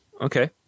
Okay